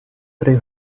threw